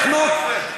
לחנוק.